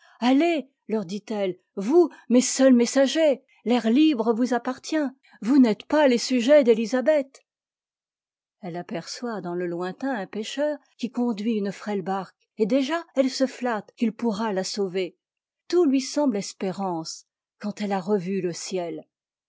allez leur dit-elle vous mes seuls mes sagers l'air libre vous appartient vous n'êtes pas les sujets d'élisabeth elle aperçoit dans le lointain un pêcheur qui conduit une frêle barque et déjà elle se flatte qu'il pourra la sauver tout lui semble espérance quand elle a revu le ciel